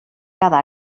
cada